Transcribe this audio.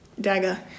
dagger